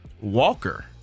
Walker